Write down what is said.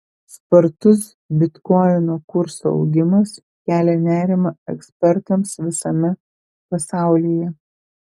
spartus bitkoino kurso augimas kelia nerimą ekspertams visame pasaulyje